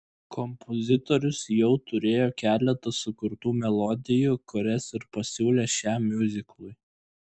kompozitorius jau turėjo keletą sukurtų melodijų kurias ir pasiūlė šiam miuziklui